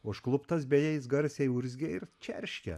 užkluptas beje jis garsiai urzgia ir čiarškia